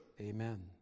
Amen